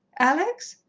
alex?